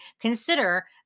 consider